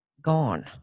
gone